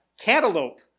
Cantaloupe